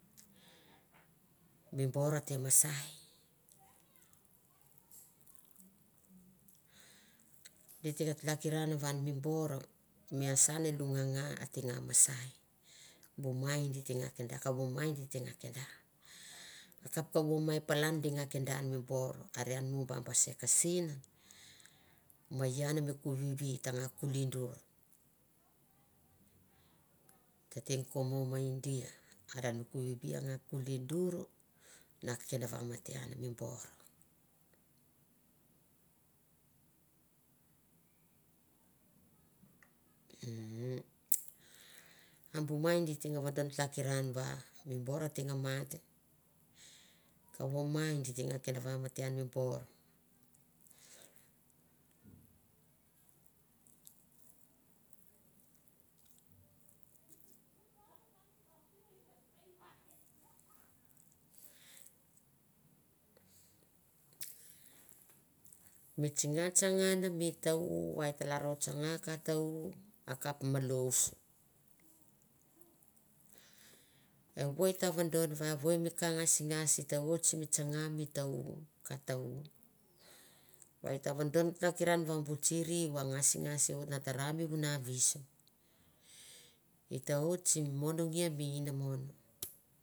Mi bor ate masai. Di te nga tlakiran va an mi bor mi asan e lunganga ate nga masai bu mai di te nga kenda, kavo mai di te nga kenda, kap kavo mai palan di nga kenda an mi bor are ian mo an ba baser kasin ma ian mi kuvivi ta nga kuli dur. tete ko mo mei dia. are mi kuvivi a nga kuli dur na kendava mate ian mi bor. Ummm a bu mai di te nga vato hakiran va mi bor a te nga mat. kovo mai di te nga kendavamate ian mi bor <> mi tsingatsangan mi ta- u, ka ta- uva e ta vadon va evoi mi ka ngasingas va e ta oit ta tsanga mi ta u ka ta- u va e ta vadon tlakiran va bu tsiri a ngasingas a voit na tara mi vuna veuso, eta oit sim monogia mi inamon.